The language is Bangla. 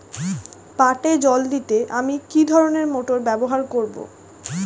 পাটে জল দিতে আমি কি ধরনের মোটর ব্যবহার করব?